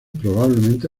probablemente